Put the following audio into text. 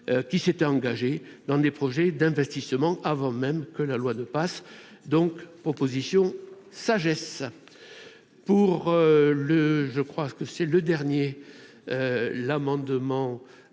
qui s'était engagé dans des projets d'investissement avant même que la loi de Pass donc opposition sagesse pour le je crois que c'est le dernier l'amendement